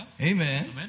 Amen